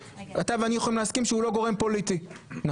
שאתה ואני יכולים להסכים שהוא לא גורם פוליטי נכון?